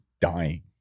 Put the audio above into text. dying